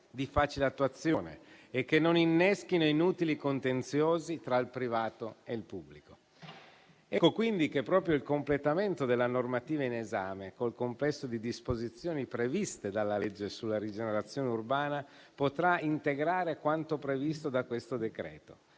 di facile attuazione e che non inneschino inutili contenziosi tra il privato e il pubblico. Ecco quindi che proprio il completamento della normativa in esame, con il complesso di disposizioni previste dalla legge sulla rigenerazione urbana, potrà integrare quanto previsto da questo